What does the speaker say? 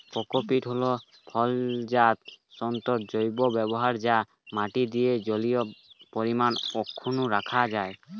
cocopeat হল ফলজাত তন্তুর জৈব ব্যবহার যা দিয়ে মাটির জলীয় পরিমাণ অক্ষুন্ন রাখা যায়